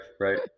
right